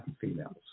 females